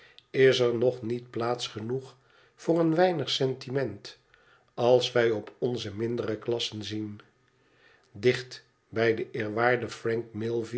is er nog niet plaats genoeg voor een weinig sentiment als wij op onze mindere klassen zien dicht bij den